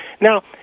Now